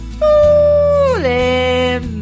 fooling